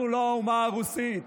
אנחנו לא האומה הרוסית.